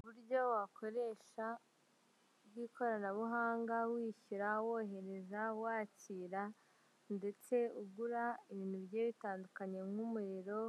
Uburyo wakoresha bw'ikoranabuhanga wishyirara, wohereza, wakira ndetse ugura ibintu bigiye bitandukanye nk'umuriro